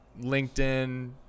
LinkedIn